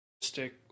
stick